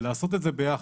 ולעשות את זה ביחד.